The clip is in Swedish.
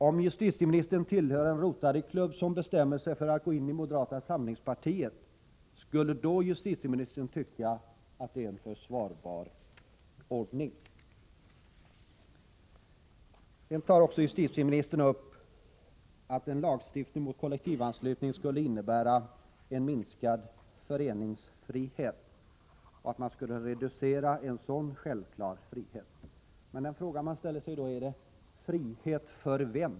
Om justitieministern tillhör en Rotary-klubb, som bestämmer sig för att gå in i moderata samlingspartiet, skulle justitieministern då tycka att det var en försvarbar ordning? Justitieministern säger i svaret att en lagstiftning mot kollektivanslutning skulle innebära en minskad föreningsfrihet, och att man skulle reducera en självklar frihet. Man frågar sig då: Frihet för vem?